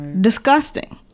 Disgusting